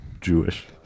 Jewish